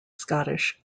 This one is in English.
scottish